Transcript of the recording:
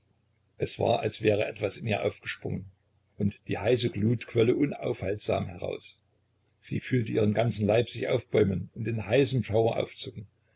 es war als wäre etwas in ihr aufgesprungen und die heiße glut quölle unaufhaltsam heraus sie fühlte ihren ganzen leib sich aufbäumen und in heißem schauer aufzucken